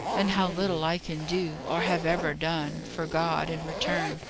and how little i can do, or have ever done, for god, in return,